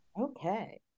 Okay